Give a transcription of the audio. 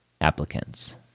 applicants